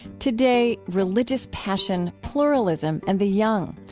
today, religious passion, pluralism, and the young,